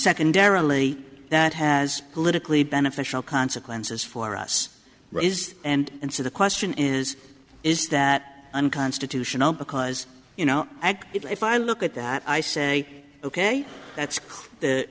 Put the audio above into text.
secondarily that has politically beneficial consequences for us and and so the question is is that unconstitutional because you know if i look at that i say ok that's the